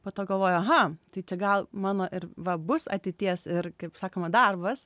po to galvoju aha tai čia gal mano ir va bus ateities ir kaip sakoma darbas